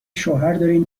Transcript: شوهرداریم